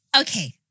okay